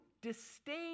disdain